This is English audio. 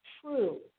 true